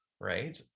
right